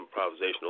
improvisational